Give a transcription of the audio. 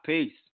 Peace